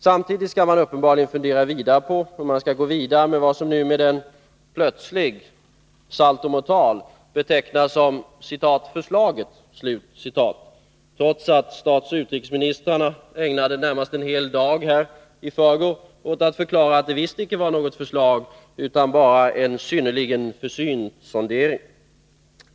Samtidigt skall man uppenbarligen fundera ytterligare på hur man skall gå vidare med vad som nu med en plötslig saltomortal betecknas som ”förslaget” — trots att statsoch utrikesministrarna ägnade i det närmaste en hel dag här i förrgår åt att förklara att det visst icke var något förslag, utan bara en synnerligen försynt sondering.